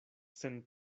sen